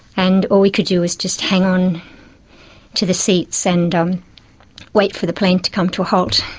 and all we could do was just hang on to the seats and um wait for the plane to come to a halt.